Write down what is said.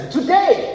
Today